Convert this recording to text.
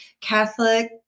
Catholic